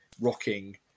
rocking